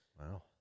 wow